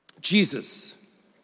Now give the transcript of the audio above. Jesus